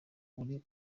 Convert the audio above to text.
uri